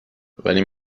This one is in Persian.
ولی